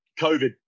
COVID